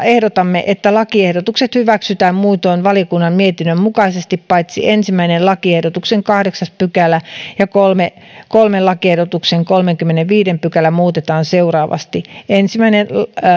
ehdotamme että lakiehdotukset hyväksytään muutoin valiokunnan mietinnön mukaisesti paitsi ensimmäisen lakiehdotuksen kahdeksas pykälä ja kolmannen lakiehdotuksen kolmaskymmenesviides pykälä muutetaan seuraavasti ensimmäinen